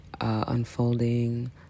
unfolding